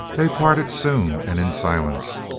they parted soon, and in silence,